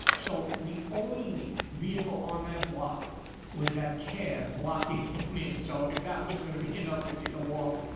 so the only vehicle on that block was that cab blocking me in. so if that wasn't going to be enough to take them off,